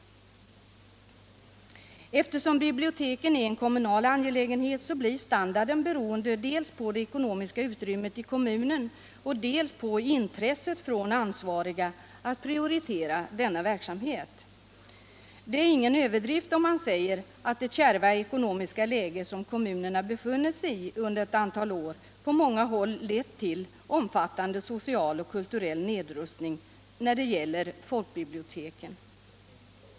Eftersom biblioteken är en kommunal angelägenhet blir standarden beroende dels på det ekonomiska utrymmet i kommunen, dels på intresset från ansvariga att prioritera denna verksamhet. Det är ingen överdrift om man säger att det kärva ekonomiska läge som kommunerna befunnit sig i under ett antal år på många håll lett till omfattande social och kulturell nedrustning när det gäller folkbiblioteken.